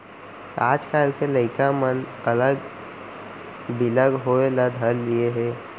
आजकाल के लइका मन अलग बिलग होय ल धर लिये हें